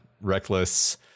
Reckless